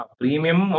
premium